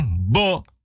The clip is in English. bo